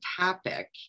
topic